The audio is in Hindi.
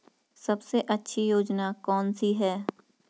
सबसे अच्छी योजना कोनसी है?